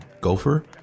gopher